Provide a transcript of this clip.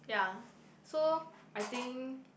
yeah so I think